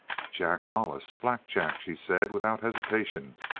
jack hollis black jack, she said, without hesitation.